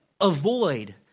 avoid